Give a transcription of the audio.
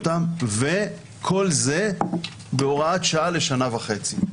וכל זה בהוראת שעה לשנה וחצי.